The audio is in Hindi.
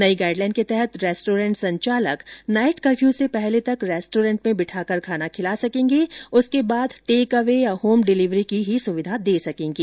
नई गाइडलाइन के तहत रेस्टोरेंट्स संचालक नाइट कर्फयू से पहले तक रेस्टोरेंट में बिठाकर खाना खिला सकेंगे उसके बाद टेक अवे या होम डिलीवरी की ही सुविधा दे सकेंगे